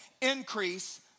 Increase